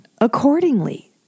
accordingly